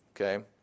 okay